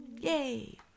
Yay